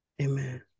Amen